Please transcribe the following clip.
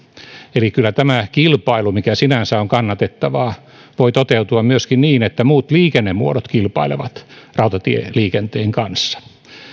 eli kyllä kilpailu mikä sinänsä on kannatettavaa voi toteutua myöskin niin että muut liikennemuodot kilpailevat rautatieliikenteen kanssa